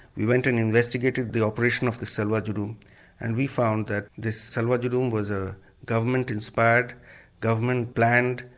we went and investigated the operation of the salwa judum and we found that this salwa judum was a government-inspired government-planned,